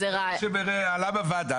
שעלה בוועדה.